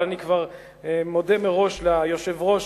אבל אני כבר מודה מראש ליושב-ראש